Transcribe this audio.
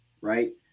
right